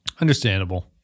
Understandable